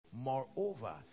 Moreover